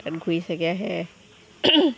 তাত ঘূৰি চাগে আহে